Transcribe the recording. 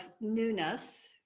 newness